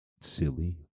silly